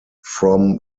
from